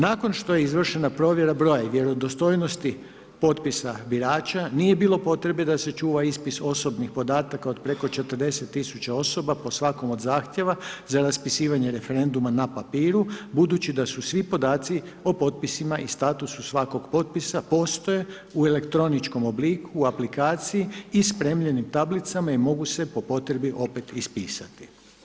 Nakon što je izvršena provjera broja i vjerodostojnosti potpisa birača, nije bilo potrebe da se čuva ispis osobnih podataka od preko 40 000 osoba po svakom od zahtjeva za raspisivanje referenduma na papiru budući da su svi podaci o potpisima i statusu svakog potpisa postoje u elektroničkom obliku u aplikaciji i spremljenim tablicama i mogu se po potrebi opet ispisati.